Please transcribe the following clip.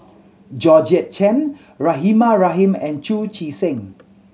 Georgette Chen Rahimah Rahim and Chu Chee Seng